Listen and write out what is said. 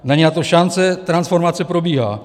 Není na to šance, transformace probíhá.